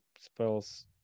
spells